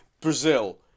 Brazil